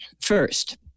First